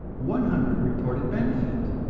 one hundred reported benefit,